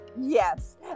Yes